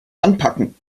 anpacken